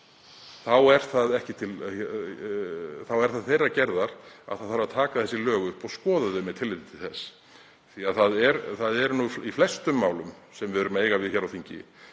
þá er það þeirrar gerðar að það þarf að taka þessi lög upp og skoða þau með tilliti til þess, því að í flestum málum sem við eigum við hér á þingi